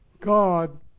God